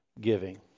giving